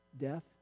Death